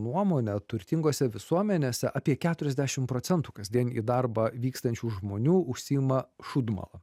nuomone turtingose visuomenėse apie keturiasdešim procentų kasdien į darbą vykstančių žmonių užsiima šūdmala